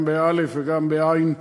גם באל"ף וגם בעי"ן,